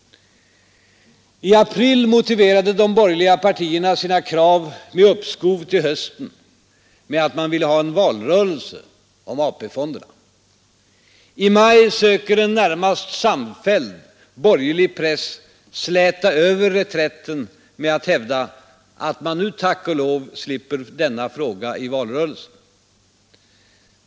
I april motiverade de borgerliga partierna sina krav på uppskov till hösten med att man ville ha en valrörelse om AP-fonderna. I maj söker en äta över reträtten med att hävda att närmast samfälld borgerlig press sl man nu tack och lov slipper denna fråga i valrörelsen.